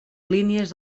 línies